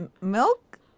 milk